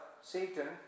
Satan